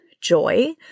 joy